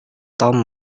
tom